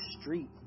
street